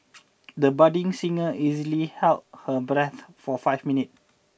the budding singer easily held her breath for five minutes